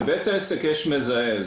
לבית העסק יש מזהה.